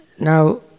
Now